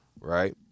Right